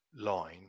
line –